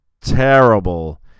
terrible